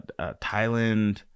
Thailand